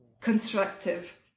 constructive